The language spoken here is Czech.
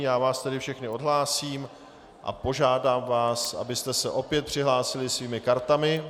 Já vás tedy všechny odhlásím a požádám vás, abyste se opět přihlásili svými kartami.